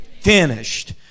finished